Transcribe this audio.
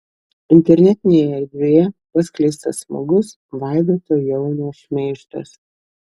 internetinėje erdvėje paskleistas smagus vaidoto jaunio šmeižtas